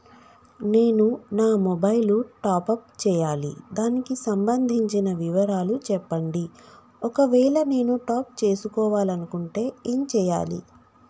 నేను నా mobile top up చేయాలి దానికి సంబంధించిన వివరాలు చెప్పండి ఒకవేళ నేను టాప్ చేసుకోవాలనుకుంటే ఏం చేయాలి?